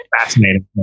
fascinating